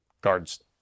guards